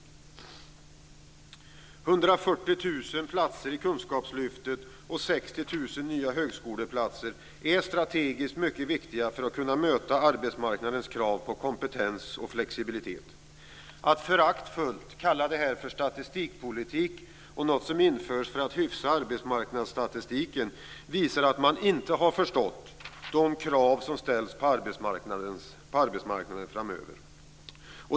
140 000 platser i kunskapslyftet och 60 000 nya högskoleplatser är strategiskt mycket viktiga för att kunna möta arbetsmarknadens krav på kompetens och flexibilitet. Att föraktfullt kalla detta för statistikpolitik och något som införs för att hyfsa arbetsmarknadsstatistiken, visar att man inte har förstått de krav som ställs på arbetsmarknaden framöver.